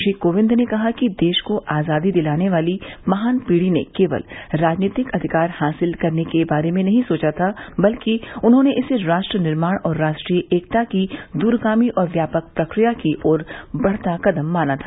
श्री कोविंद ने कहा कि देश को आजादी दिलाने वाली महान पीढ़ी ने केवल राजीनतिक अधिकार हासिल करने के बारे में ही नहीं सोचा था बल्कि उन्होंने इसे राष्ट्र निर्माण और राष्ट्रीय एकता की दूरगामी और व्यापक प्रक्रिया की ओर बढ़ता कदम माना था